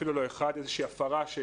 אפילו לא אחד, בגין איזה שהיא הפרה שנעשתה.